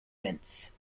mints